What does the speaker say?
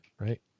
right